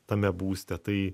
tame būste tai